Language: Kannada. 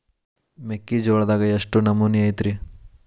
ಮೆಕ್ಕಿಜೋಳದಾಗ ಎಷ್ಟು ನಮೂನಿ ಐತ್ರೇ?